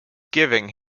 giving